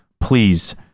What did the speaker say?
please